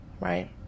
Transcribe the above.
right